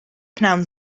pnawn